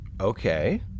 Okay